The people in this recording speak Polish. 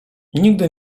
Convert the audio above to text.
nigdy